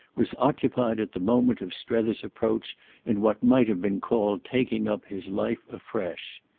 was occupied at the moment of strether's approach in what might have been called taking up his life afresh.